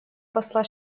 посла